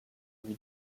lui